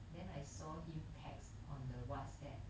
then I saw him text on the Whatsapp [what]